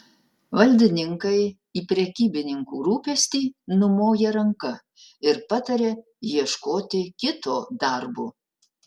valdininkai į prekybininkų rūpestį numoja ranka ir pataria ieškoti kito darbo